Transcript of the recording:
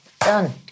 done